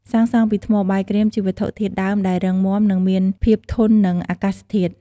សាងសង់ពីថ្មបាយក្រៀម ជាវត្ថុធាតុដើមដែលរឹងមាំ និងមានភាពធន់នឹងអាកាសធាតុ។